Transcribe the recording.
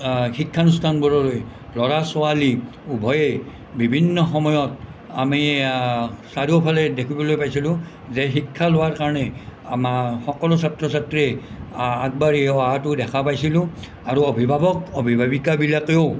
শিক্ষানুষ্ঠানবোৰলৈ ল'ৰা ছোৱালী উভয়ে বিভিন্ন সময়ত আমি চাৰিওফালে দেখিবলৈ পাইছিলোঁ যে শিক্ষা লোৱাৰ কাৰণে আমাৰ সকলো ছাত্ৰ ছাত্ৰী আগবাঢ়ি অহাতো দেখা পাইছিলোঁ আৰু অভিভাৱক অভিভাৱিকাবিলাকেও